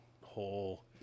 whole